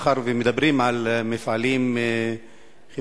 מאחר שמדברים על מפעלי כימיקלים,